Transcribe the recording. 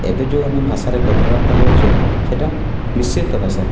ଏବେ ଯେଉଁ ଆମେ ଭାଷାରେ କଥାବାର୍ତ୍ତା ହେଉଛୁ ସେଟା ମିଶ୍ରିତ ଭାଷା